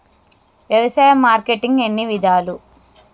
వ్యవసాయ మార్కెటింగ్ ఎన్ని విధాలు?